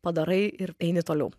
padarai ir eini toliau